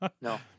No